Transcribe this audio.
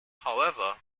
however